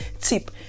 tip